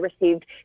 received